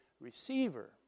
receiver